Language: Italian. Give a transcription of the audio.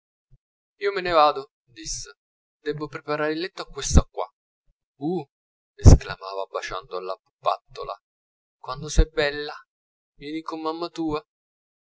io me ne vado disse debbo preparare il letto a questa qua uh esclamava baciando la pupattola quanto sei bella vieni con mamma tua